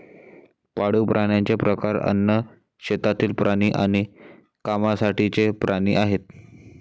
पाळीव प्राण्यांचे प्रकार अन्न, शेतातील प्राणी आणि कामासाठीचे प्राणी आहेत